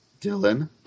Dylan